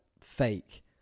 fake